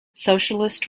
socialist